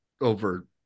over